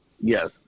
Yes